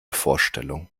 vorstellung